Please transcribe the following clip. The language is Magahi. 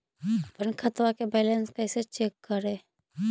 अपन खाता के बैलेंस कैसे चेक करे?